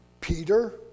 Peter